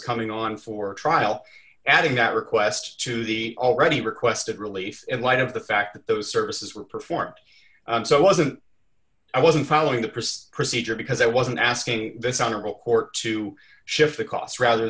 coming on for a trial adding that request to the already requested relief in light of the fact that those services were performed so i wasn't i wasn't following the priests procedure because i wasn't asking this honorable court to shift the costs rather